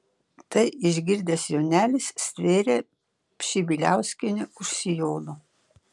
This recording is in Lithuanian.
tai išgirdęs jonelis stvėrė pšibiliauskienę už sijono